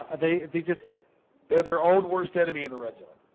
ah they they just they're their own worst. enemy in the red zone